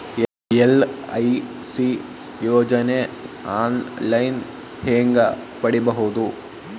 LIC ಯೋಜನೆ online ಹೇಂಗ ಪಡಿಬಹುದು?